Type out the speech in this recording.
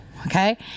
Okay